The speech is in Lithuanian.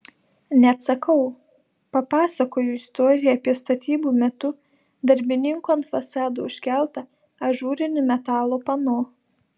neatsakau papasakoju istoriją apie statybų metu darbininkų ant fasado užkeltą ažūrinį metalo pano